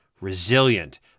resilient